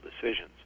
decisions